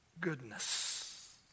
goodness